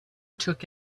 took